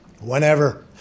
Whenever